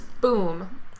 boom